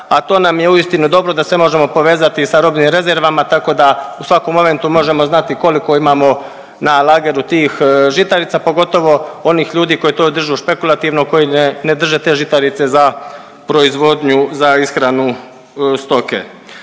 a to nam je uistinu dobro da se možemo povezati za robnim rezervama tako da u svakom momentu možemo znati koliko imamo na lageru tih žitarica, pogotovo onih ljudi koji to držu špekulativno, koji ne drže te žitarice za proizvodnju za ishranu stoke.